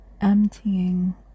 emptying